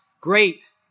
great